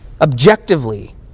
objectively